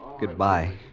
Goodbye